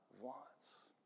wants